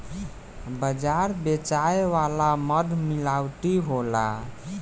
बाजार बेचाए वाला मध मिलावटी होला